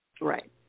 right